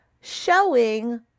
showing